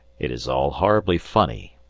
it is all horribly funny.